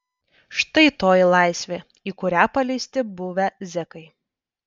štai toji laisvė į kurią paleisti buvę zekai